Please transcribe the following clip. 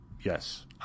Yes